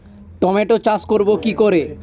Tomato চাষ করব কি করে?